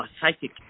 psychic